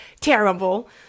terrible